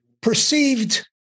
perceived